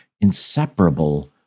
inseparable